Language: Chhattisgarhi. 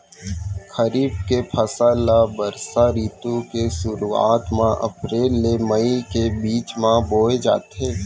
खरीफ के फसल ला बरसा रितु के सुरुवात मा अप्रेल ले मई के बीच मा बोए जाथे